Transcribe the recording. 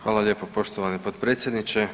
Hvala lijepo poštovani potpredsjedniče.